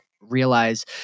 realize